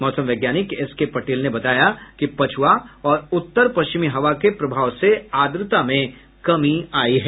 मौसम वैज्ञानिक एसके पटेल ने बताया कि पछुआ और उत्तर पश्चिमी हवा के प्रभाव से आर्द्रता में कमी आयी है